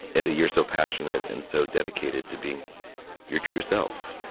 and you're so passionate and so dedicated to being your true self.